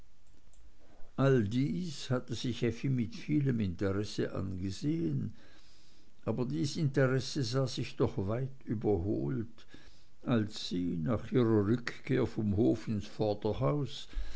all dies hatte sich effi mit vielem interesse angesehen aber dies interesse sah sich doch weit überholt als sie nach ihrer rückkehr vom hof ins vorderhaus